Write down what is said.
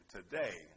today